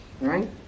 right